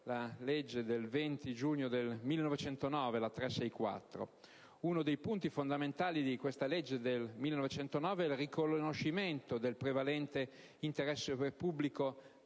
n. 364 del 20 giugno 1909. Uno dei punti fondamentali della legge del 1909 è il riconoscimento del prevalente interesse pubblico